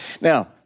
Now